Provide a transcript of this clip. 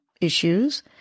issues